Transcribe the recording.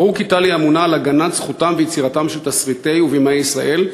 ברור כי תל"י ממונה על הגנת זכותם ויצירתם של תסריטאי ובימאי ישראל,